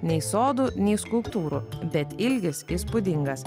nei sodų nei skulptūrų bet ilgis įspūdingas